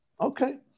Okay